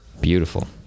beautiful